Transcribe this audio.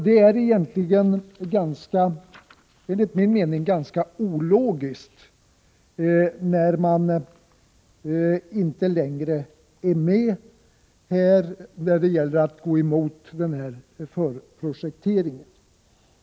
Det är enligt min uppfattning ganska ologiskt att moderaterna inte längre vill gå emot den aktuella förprojekteringen.